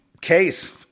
case